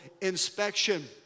inspection